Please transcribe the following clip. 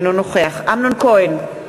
אינו נוכח אמנון כהן,